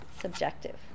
subjective